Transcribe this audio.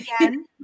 again